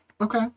Okay